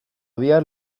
bihar